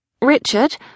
Richard